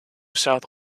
south